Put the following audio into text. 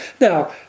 Now